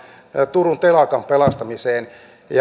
turun telakan pelastamisen